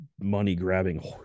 money-grabbing